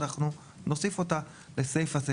אנחנו נוסיף אותה בסעיף הזה,